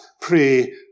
pray